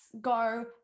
go